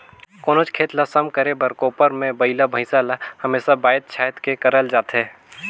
कोनोच खेत ल सम करे बर कोपर मे बइला भइसा ल हमेसा बाएध छाएद के करल जाथे